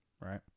right